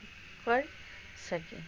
कर सकी